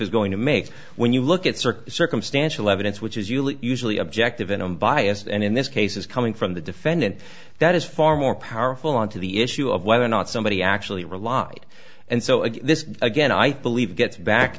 is going to make when you look at sort of circumstantial evidence which is usually usually objective and unbiased and in this case is coming from the defendant that is far more powerful onto the issue of whether or not somebody actually relied and so this again i believe gets back